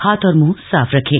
हाथ और मुंह साफ रखें